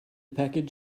package